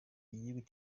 igihugu